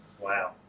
Wow